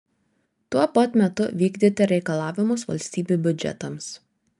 tuo pat metu vykdyti reikalavimus valstybių biudžetams